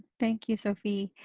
thank you, sophy.